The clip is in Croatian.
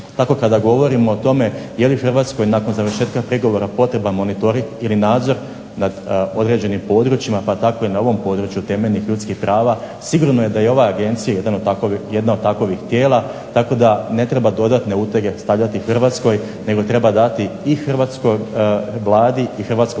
tako kada govorimo o tome je li Hrvatskoj nakon završetka pregovora potreban monitoring ili nadzor nad određenim područjima, pa tako i na ovom području temeljnih ljudskih prava, sigurno je i ova agencija jedna od takovih tijela, tako da ne treba dodatne utege stavljati Hrvatskoj, nego treba dati i hrvatskoj Vladi, i Hrvatskom